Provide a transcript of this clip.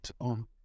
on